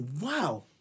Wow